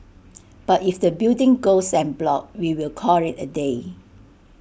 but if the building goes en bloc we will call IT A day